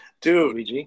Dude